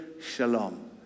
Shalom